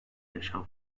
yaşam